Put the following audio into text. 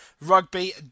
rugby